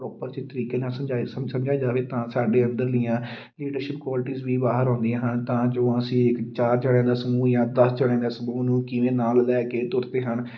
proper ਜਿਹੇ ਤਰੀਕੇ ਨਾਲ਼ ਸਮਝਾਏ ਸਮ ਸਮਝਿਆ ਜਾਵੇ ਤਾਂ ਸਾਡੇ ਅੰਦਰਲੀਆਂ ਲੀਡਰਸ਼ਿਪ ਕੁਆਲਿਟੀਜ਼ ਵੀ ਬਾਹਰ ਆਉਂਦੀਆਂ ਹਨ ਤਾਂ ਜੋ ਅਸੀਂ ਚਾਰ ਜਣਿਆਂ ਦਾ ਸਮੂਹ ਜਾਂ ਦਸ ਜਣਿਆਂ ਦਾ ਸਮੂਹ ਨੂੰ ਕਿਵੇਂ ਨਾਲ਼ ਲੈ ਕੇ ਤੁਰਦੇ ਹਨ